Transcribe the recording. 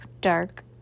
dark